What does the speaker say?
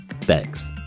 Thanks